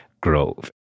grove